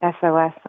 SOS